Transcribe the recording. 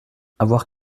avoir